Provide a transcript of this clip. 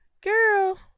girl